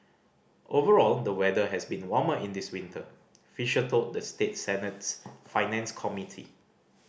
overall the weather has been warmer in this winter Fisher told the state Senate's finance committee